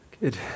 Good